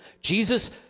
Jesus